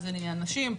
זה לעניין נשים.